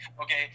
okay